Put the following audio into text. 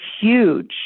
huge